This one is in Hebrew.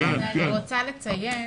אני רוצה לציין